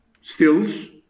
stills